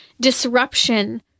disruption